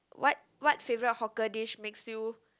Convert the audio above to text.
what what favourite hawker dish makes you